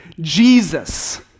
Jesus